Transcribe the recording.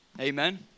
Amen